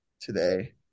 today